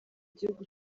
gihugu